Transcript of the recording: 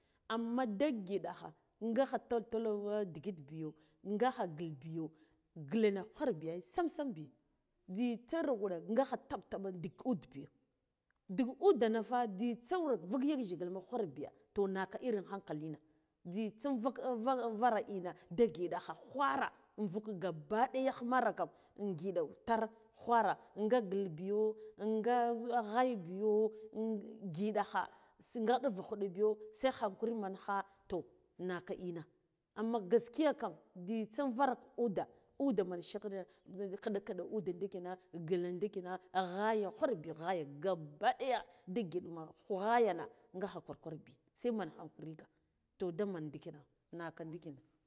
Amma da ngiɗa kha tattaho ndigit biyo ngakha ngilbiyo ngilena khwa biya ai sam sam bi njitsa ra wura ngaha tab taɓa ndik uɗa biya ndik udena ya njitsa wura vug yajghila ma khwar biya to naka irin hankalina njitsa nvug vara ina da ghidina khwara invug gaba ɗayagh mar kam ingiɗa tar khwara nga ngil biyo nga ghaya biyo ngiɗagha sai nga ughhuɗbiyo sai hankuri mankha to naka ina amma gaskiya kam njitsa nvara ude ude man shata khiɗa khiɗa ude di kina ngile dikhina a ghiyo kh khwarbiya ghaya gabbaɗiya da gin mugha ghayana nga kha kwarkwarbi sai men hankarika toh daman ndikhinka naka dikhina